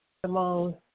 Simone